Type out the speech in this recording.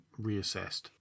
reassessed